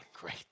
great